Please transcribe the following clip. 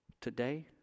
today